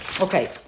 Okay